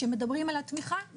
כשמדברים על התמיכה,